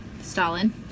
Stalin